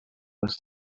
aus